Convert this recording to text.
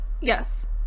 Yes